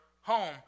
home